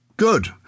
Good